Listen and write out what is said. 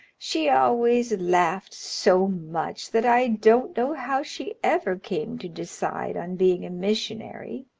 she always laughed so much that i don't know how she ever came to decide on being a missionary.